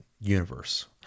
universe